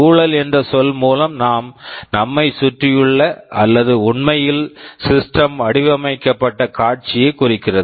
சூழல் என்ற சொல் மூலம் நாம் நம்மை சுற்றியுள்ள அல்லது உண்மையில் சிஸ்டம் system வடிவமைக்கப்பட்ட காட்சியைக் குறிக்கிறது